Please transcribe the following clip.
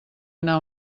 anar